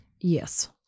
Yes